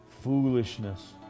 foolishness